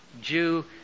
Jew